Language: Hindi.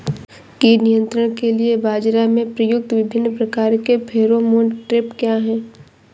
कीट नियंत्रण के लिए बाजरा में प्रयुक्त विभिन्न प्रकार के फेरोमोन ट्रैप क्या है?